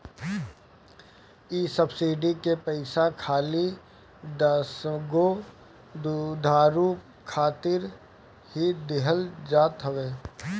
इ सब्सिडी के पईसा खाली दसगो दुधारू खातिर ही दिहल जात हवे